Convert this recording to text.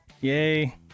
Yay